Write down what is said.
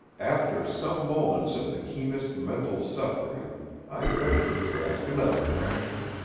after some moments of the keenest mental suffering i ventured to ask another question